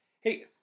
Hey